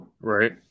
right